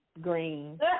green